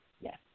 Yes